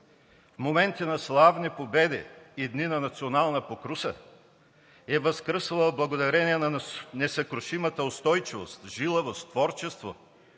в моменти на славни победи и дни на национална покруса е възкръсвала благодарение на несъкрушимата устойчивост, жилавост, творчество